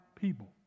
people